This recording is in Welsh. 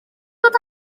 dod